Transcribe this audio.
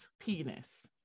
penis